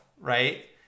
right